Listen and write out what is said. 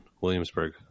williamsburg